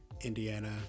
Indiana